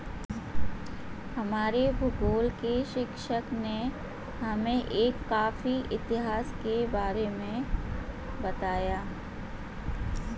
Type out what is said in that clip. हमारे भूगोल के शिक्षक ने हमें एक कॉफी इतिहास के बारे में बताया